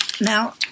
now